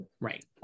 right